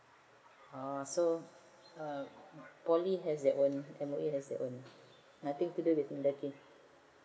ah so poly has their own M_O_E has their own nothing to do with mendaki